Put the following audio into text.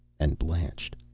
and blanched.